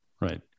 right